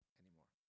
anymore